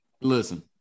Listen